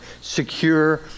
secure